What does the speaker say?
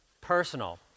personal